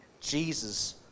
jesus